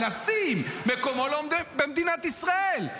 לאנסים מקומו לא במדינת ישראל.